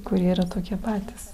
kurie yra tokie patys